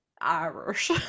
Irish